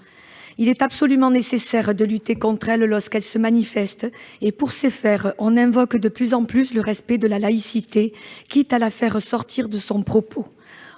Il est absolument nécessaire de lutter contre ces pratiques lorsqu'elles se manifestent. Pour ce faire, on invoque de plus en plus le respect de la laïcité, quitte à la faire sortir de son propos.